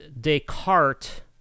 Descartes